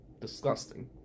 disgusting